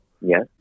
Yes